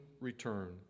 return